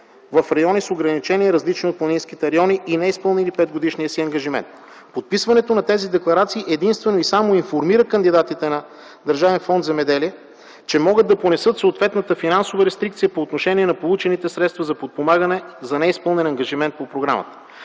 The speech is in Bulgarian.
в райони с ограничения, различни от планинските райони, и не изпълнили петгодишния си ангажимент. Подписването на тези декларации единствено и само информира кандидатите на Държавен фонд „Земеделие”, че могат да понесат съответната финансова рестрикция по отношение на получените средства за подпомагане за неизпълнен ангажимент по програмата.